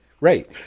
Right